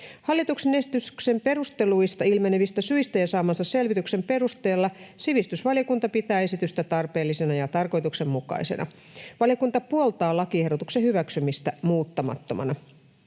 Hallituksen esityksen perusteluista ilmenevistä syistä ja saamansa selvityksen perusteella sivistysvaliokunta pitää esitystä tarpeellisena ja tarkoituksenmukaisena. Valiokunta puoltaa lakiehdotuksen hyväksymistä muuttamattomana.